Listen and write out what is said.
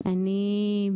הסימנים,